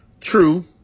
true